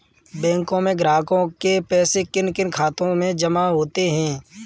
बैंकों में ग्राहकों के पैसे किन किन खातों में जमा होते हैं?